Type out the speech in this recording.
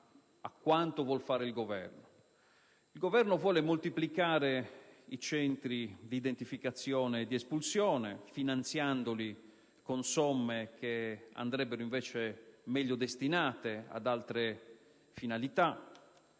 Il Governo vuole moltiplicare i centri di identificazione e di espulsione, finanziandoli con somme - che andrebbero invece meglio destinate ad altre finalità